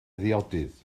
ddiodydd